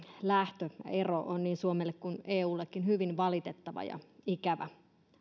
lähtö ero on niin suomelle kuin eullekin hyvin valitettava ja ikävä